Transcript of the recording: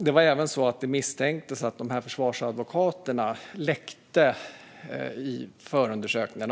Det misstänktes även att försvarsadvokaterna läckte förundersökningar.